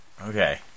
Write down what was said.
Okay